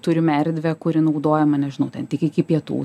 turime erdvę kuri naudojama nežinau ten tik iki pietų